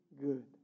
good